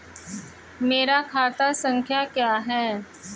मेरा खाता संख्या क्या है?